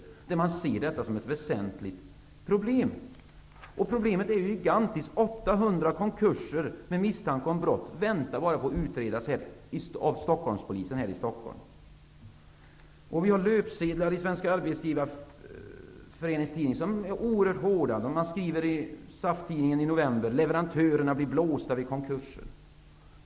Från det hållet ser man detta som ett väsentligt problem. Problemet är gigantiskt. Vi har 800 konkurser med misstanke om brott som väntar på utredning av polisen här i Stockholm. Vi har löpsedlar i Svenska Arbetsgivareförenings tidskrift som är oerhört hårda. I SAF-tidningen i november skrev man ''Leveratörerna blir blåsta vid konkurser''.